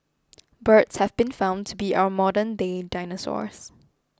birds have been found to be our modern day dinosaurs